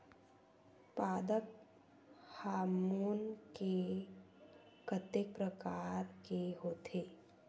पादप हामोन के कतेक प्रकार के होथे?